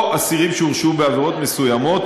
או אסירים שהורשעו בעבירות מסוימות,